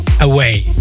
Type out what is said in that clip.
Away